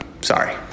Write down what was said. sorry